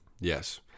Yes